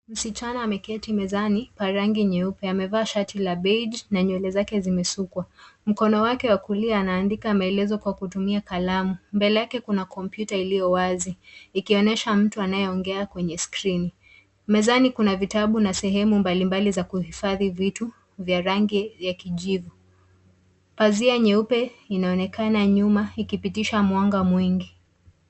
Msichana ameketi mezani pa rangi nyeupe, amevaa shati la beige na nywele zake zimesukwa. Mkono wa kulia ana andika maelezo kwa kutumia kalamu. Mbele yake kuna kompyuta illio wazi ikionyesha mtu anayeongea kwenye skirini, mezani kuna vitabu na sehemu mbalimbali za kuhifadhi vitu vya rangi ya kijivu. Pazia nyeupe ina onekana nyuma ikipitisha mwanga mwingi.